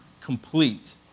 complete